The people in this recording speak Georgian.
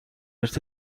ერთ